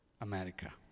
America